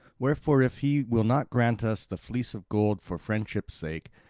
wherefore if he will not grant us the fleece of gold for friendship's sake,